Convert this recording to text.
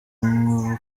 ngo